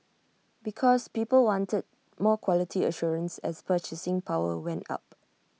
because people wanted more quality assurance as purchasing power went up